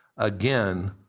again